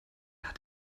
hat